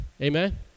Amen